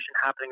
happening